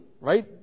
right